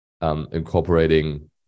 incorporating